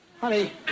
Honey